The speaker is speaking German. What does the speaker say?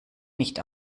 nicht